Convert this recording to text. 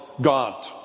God